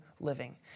living